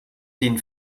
den